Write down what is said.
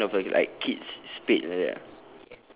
it's like kind of a like kids spade like that ah